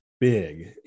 big